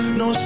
no